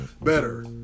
better